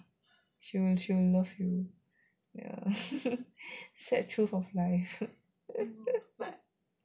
true true most dogs ya sad truth of life